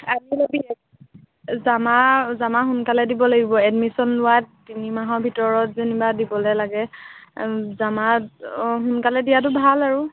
জমা জমা সোনকালে দিব লাগিব এডমিশ্যন লোৱাত তিনি মাহৰ ভিতৰত যেনিবা দিবলৈ লাগে জমা সোনকালে দিয়াতো ভাল আৰু